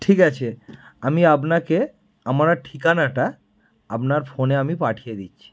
ঠিক আছে আমি আপনাকে আমার ঠিকানাটা আপনার ফোনে আমি পাঠিয়ে দিচ্ছি